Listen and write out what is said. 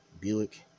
Buick